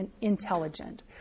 intelligent